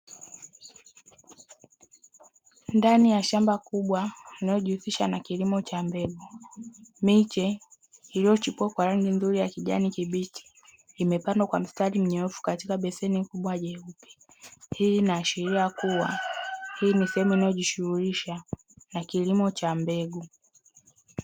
Ndani ya shamba kubwa linalojihusisha na kilimo Cha mbegu, miche viliyochipua kwa rangi nzuri ya kijani kibichi imepandwa kwa mistari minyoofu katika beseni kubwa jeupe, inaashiria kuwa hii ni sehemu inajihusisha na kilimo mbegu.